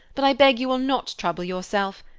but i beg you will not trouble yourself.